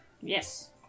Yes